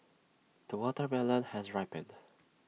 the watermelon has ripened